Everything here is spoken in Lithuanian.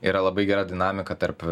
yra labai gera dinamika tarp